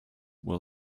will